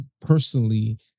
personally